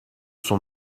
son